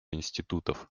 институтов